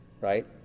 right